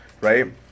right